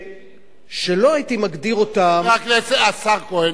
שלא הייתי מגדיר אותם אדוני השר כהן,